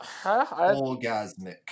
Orgasmic